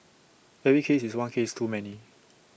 every case is one case too many